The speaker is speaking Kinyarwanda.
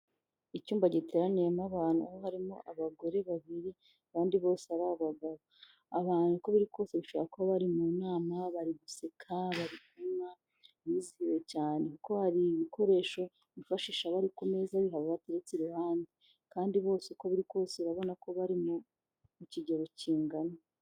Icyumba giteraniyemo abantu ho harimo abagore babiri abandi bose uko biri abandi bose ari abagabo, aba bantu uko bisa kose bari mu nama bari guseka bizihiwe cyane kuko hari ibikoresho bifashisha abari ku meza biha abo batse iruhande kandi bose uko biri kose babona ko bari mu kigero kingana.